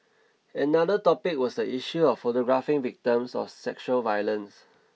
another topic was the issue of photographing victims of sexual violence